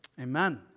Amen